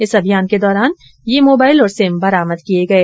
इस अभियान के दौरान ये मोबाइल और सिम बरामद किये गये